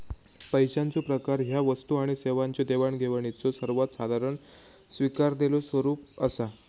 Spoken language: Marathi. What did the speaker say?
पैशाचो प्रकार ह्या वस्तू आणि सेवांच्यो देवाणघेवाणीचो सर्वात साधारण स्वीकारलेलो स्वरूप असा